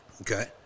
Okay